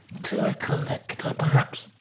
to a collector, perhaps,